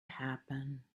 happen